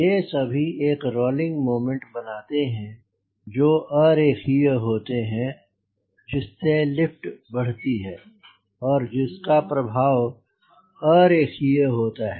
ये सभी एक रोलिंग मोमेंट बनाते हैं जो अरेखीय होते हैं जिससे लिफ्ट बढ़ती है जिसका प्रभाव अरेखीय होता है